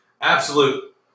absolute